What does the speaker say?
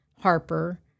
Harper